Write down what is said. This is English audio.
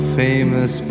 famous